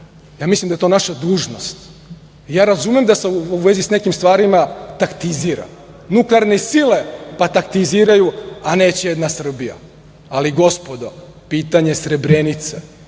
Ja mislim da je to naša dužnost. Ja razumem da se u vezi sa nekim stvarima taktizira. Nuklearne sile, pa taktiziraju, a neće jedna Srbija, ali gspodo, pitanje Srebrenice